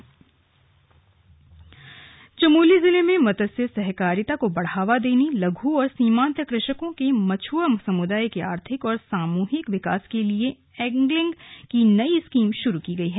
slug angling scheme Chamoli जिले में मत्स्य सहकारिता को बढ़ावा देने लघु और सीमांत कृषकों के मछुआ समुदाय के आर्थिक और सामूहिक विकास के लिए एंग्लिग की नई स्कीम शुरू की गई है